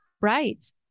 right